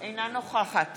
אינה נוכחת